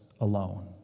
alone